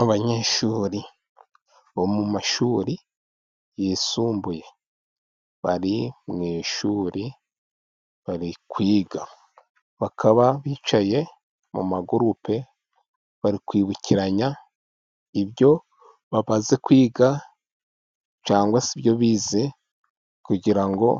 Abanyeshuri bo mu mashuri yisumbuye. Bari mu ishuri, bari kwiga. Bakaba bicaye mu magurupe, bari kwibukiranya ibyo bamaze kwiga cyangwa se ibyo bize, kugira ngo